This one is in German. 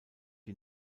die